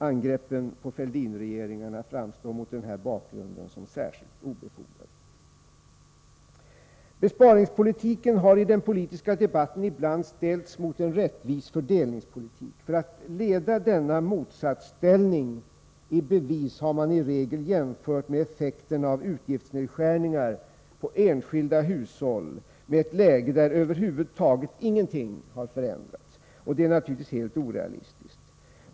Angreppen på Fälldinregeringarna framstår mot den här bakgrunden som särskilt obefogade. Besparingspolitiken har i den politiska debatten ibland ställts emot en rättvis fördelningspolitik. För att leda denna motsatsställning i bevis har man i regel jämfört effekterna av utgiftsnedskärningar på enskilda hushåll med ett läge där över huvud taget ingenting har förändrats. Det är naturligtvis helt orealistiskt.